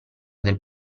del